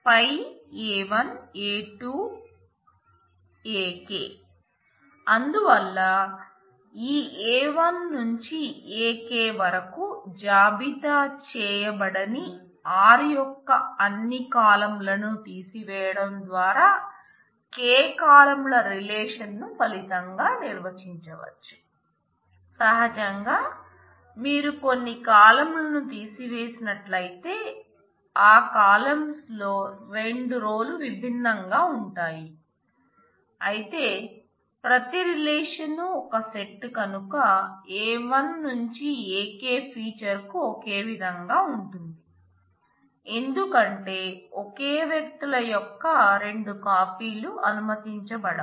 Π A1 A2 Ak అందువల్ల ఈ A1 నుంచి Ak వరకు జాబితా చేయబడని r యొక్క అన్ని కాలమ్లు విభిన్నంగా ఉంటాయి అయితే ప్రతి రిలేషన్ ఒక సెట్ కనుక A1 నుంచి Ak ఫీచర్ కు ఒకేవిధంగా ఉంటుంది ఎందుకంటే ఒకే వ్యక్తుల యొక్క రెండు కాపీలు అనుమతించబడవు